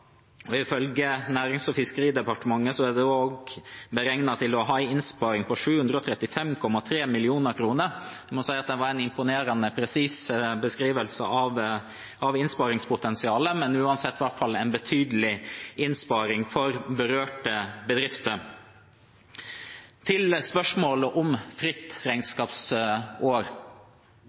Ifølge Nærings- og fiskeridepartementet er det også beregnet en innsparing på 735,3 mill. kr. Jeg må si at det var en imponerende presis beskrivelse av innsparingspotensialet, men uansett er det en betydelig innsparing for berørte bedrifter. Til spørsmålet om fritt regnskapsår,